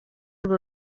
urwo